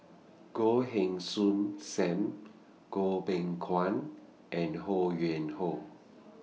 Goh Heng Soon SAM Goh Beng Kwan and Ho Yuen Hoe